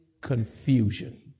confusion